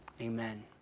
Amen